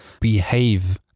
behave